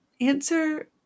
answer